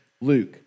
Luke